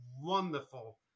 wonderful